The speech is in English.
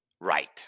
Right